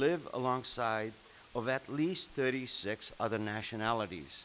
live alongside of at least thirty six other nationalities